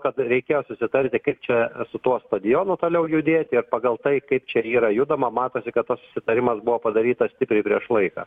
kad reikėjo susitarti kaip čia su tuo stadionu toliau judėti ir pagal tai kaip čia yra judama matosi kad tas susitarimas buvo padarytas tikrai prieš laiką